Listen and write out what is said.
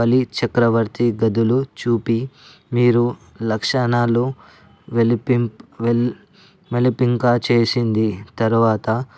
బలి చక్రవర్తి గదులు చూపి మీరు లక్షణాలు వెలిపింప వెల్ వెలిపింకా చేసింది తరువాత